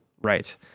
Right